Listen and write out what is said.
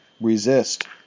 resist